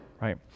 right